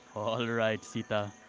all right, sita.